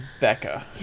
becca